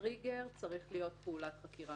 הטריגר צריך להיות פעולת חקירה